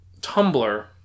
Tumblr